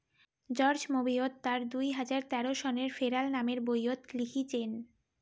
George মবিয় তার দুই হাজার তেরো সনের ফেরাল নামের বইয়ত লিখিচেন